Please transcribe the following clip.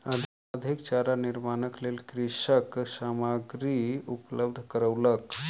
अधिक चारा निर्माणक लेल कृषक सामग्री उपलब्ध करौलक